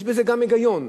יש בזה גם היגיון.